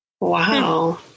Wow